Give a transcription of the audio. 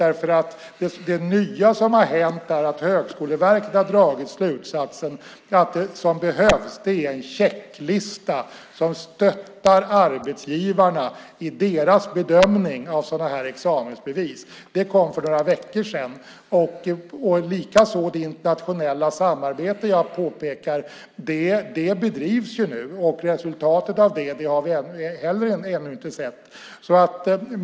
Det nya som har hänt är att Högskoleverket har dragit slutsatsen att det som behövs är en checklista som stöttar arbetsgivarna i deras bedömning av sådana här examensbevis. Det kom för några veckor sedan. Likaså det internationella samarbete som jag påpekar bedrivs ju nu. Resultatet av det har vi heller ännu inte sett.